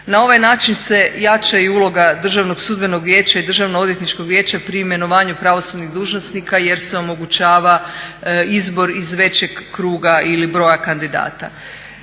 Na ovaj način se jača i uloga Državnog sudbenog vijeća i Državno-odvjetničkog vijeća pri imenovanju pravosudnih dužnosnika jer se omogućava izbor iz većeg kruga ili broja kandidata.